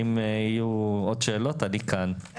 אם יהיו עוד שאלות אני כאן.